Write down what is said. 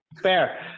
Fair